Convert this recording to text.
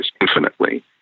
infinitely